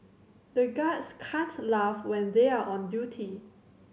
the guards can't laugh when they are on duty